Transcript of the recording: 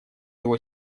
его